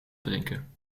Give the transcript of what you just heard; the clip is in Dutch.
drinken